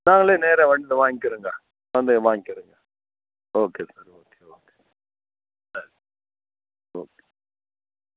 நாங்களே நேராக வந்து வாங்கிகிறங்க வந்தே வாங்கிகிறங்க okay okay okay okay okay